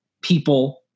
people